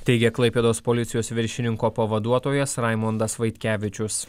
teigė klaipėdos policijos viršininko pavaduotojas raimondas vaitkevičius